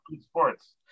Sports